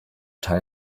teil